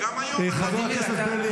אתה לא מכיר?